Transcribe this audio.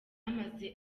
amaze